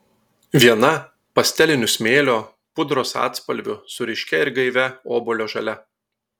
viena pastelinių smėlio pudros atspalvių su ryškia ir gaivia obuolio žalia